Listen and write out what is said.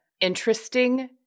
interesting